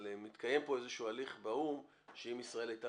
מתקיים פה איזה שהוא הליך באו"ם שאם ישראל הייתה